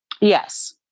Yes